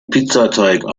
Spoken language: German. pizzateig